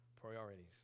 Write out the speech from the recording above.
priorities